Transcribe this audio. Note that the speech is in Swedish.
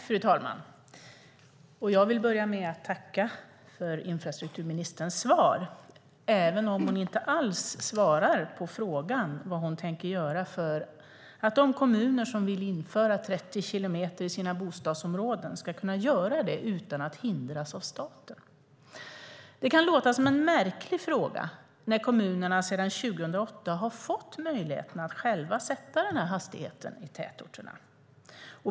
Fru talman! Jag vill börja med att tacka för infrastrukturministerns svar, även om hon inte alls svarar på frågan vad hon tänker göra för att de kommuner som vill införa en hastighetsgräns på 30 kilometer i timmen i sina bostadsområden ska kunna göra det utan att hindras av staten. Det kan låta som en märklig fråga, när kommunerna sedan 2008 fått möjlighet att själva besluta om hastighetsbegränsningarna i tätorterna.